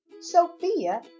Sophia